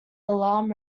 alarm